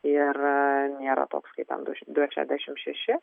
ir nėra toks kaip ten du du šešiasdešim šeši